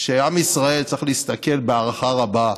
שעם ישראל צריך להסתכל בהערכה רבה,